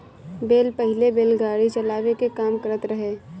बैल पहिले बैलगाड़ी चलावे के काम करत रहे